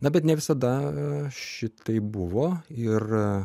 na bet ne visada šitaip buvo ir